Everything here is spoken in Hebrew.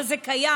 אבל זה קיים.